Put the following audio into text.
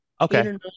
okay